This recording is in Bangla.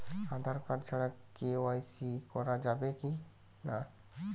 আঁধার কার্ড ছাড়া কে.ওয়াই.সি করা যাবে কি না?